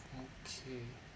okay